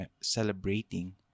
celebrating